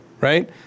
right